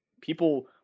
people